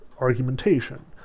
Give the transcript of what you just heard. argumentation